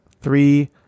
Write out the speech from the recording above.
three